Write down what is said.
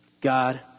God